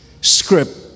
script